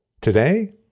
Today